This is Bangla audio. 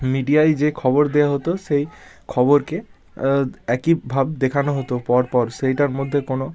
মিডিয়ায় যে খবর দেওয়া হতো সেই খবরকে একইভাব দেখানো হতো পরপর সেইটার মধ্যে কোনো